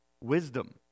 wisdom